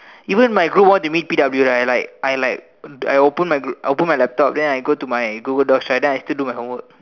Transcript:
even my group want to meet P_W I like I like I open I open my laptop right then I go to my Google docs right then I still do my homework